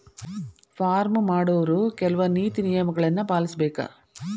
farm ಮಾಡೊವ್ರು ಕೆಲ್ವ ನೇತಿ ನಿಯಮಗಳನ್ನು ಪಾಲಿಸಬೇಕ